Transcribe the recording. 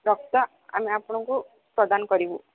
ରକ୍ତ ଆମେ ଆପଣଙ୍କୁ ପ୍ରଦାନ କରିବୁ